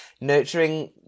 nurturing